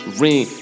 ring